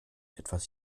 etwas